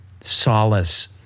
solace